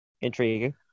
Intriguing